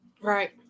right